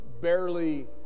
barely